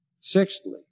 Sixthly